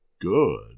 good